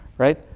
right.